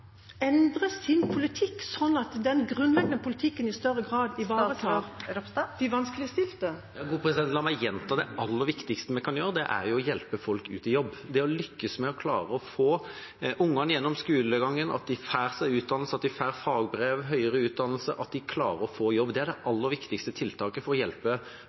endre sin politikk, sånn at den grunnleggende politikken i større grad ivaretar de vanskeligstilte? La meg gjenta det aller viktigste vi kan gjøre, og det er å hjelpe folk ut i jobb. Det å lykkes med å klare å få ungene gjennom skolegangen, at de får seg utdannelse, at de får fagbrev, høyere utdanning, at de klarer å få jobb – det er det aller viktigste tiltaket for å hjelpe